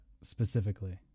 specifically